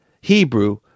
Hebrew